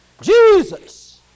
Jesus